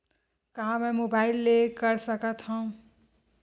का मै मोबाइल ले कर सकत हव?